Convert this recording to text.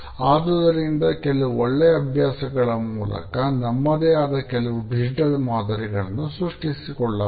ಆದುದರಿಂದ ಕೆಲವು ಒಳ್ಳೆಯ ಅಭ್ಯಾಸಗಳ ಮೂಲಕ ನಮ್ಮದೇ ಆದ ಕೆಲವು ಡಿಜಿಟಲ್ ಮಾದರಿಗಳನ್ನು ಸೃಷ್ಟಿಸಿಕೊಳ್ಳಬಹುದು